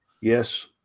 Yes